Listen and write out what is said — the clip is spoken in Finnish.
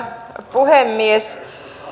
puhemies